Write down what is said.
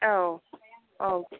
औ औ